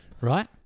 Right